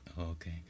Okay